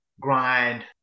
grind